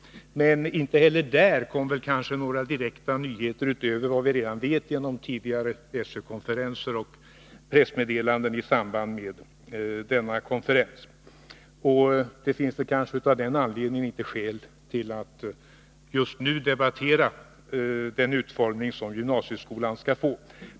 Men inte heller där kom några direkta nyheter utöver vad vi redan vet genom tidigare SÖ-konferens och pressmeddelande i samband med denna konferens. Det finns kanske av den anledningen inte skäl till att just nu debattera den utformning som gymnasieskolan skall få.